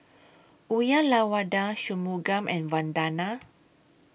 Uyyalawada Shunmugam and Vandana